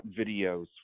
videos